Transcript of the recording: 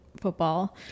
football